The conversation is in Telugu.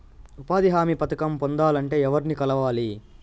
ఉపాధి హామీ పథకం పొందాలంటే ఎవర్ని కలవాలి?